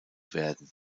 werden